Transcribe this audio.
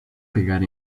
pegar